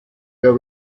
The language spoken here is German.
der